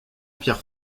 pierre